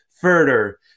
further